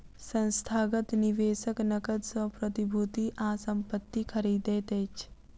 संस्थागत निवेशक नकद सॅ प्रतिभूति आ संपत्ति खरीदैत अछि